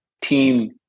Team